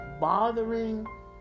bothering